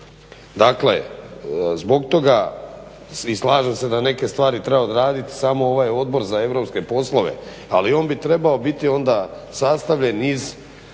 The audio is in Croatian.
Dakle, zbog toga i slažem se da neke stvari treba odraditi samo ovaj Odbor za europske poslove. Ali on bi trebao biti onda sastavljen iz,